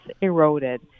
eroded